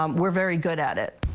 um we're very good at it.